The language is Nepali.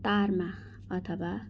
तारमा अथवा